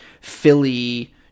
Philly